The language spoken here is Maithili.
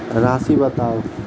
राशि बताउ